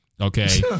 Okay